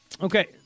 Okay